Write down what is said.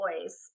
boys